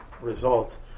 results